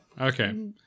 okay